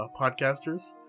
podcasters